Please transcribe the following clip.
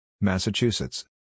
Massachusetts